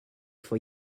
for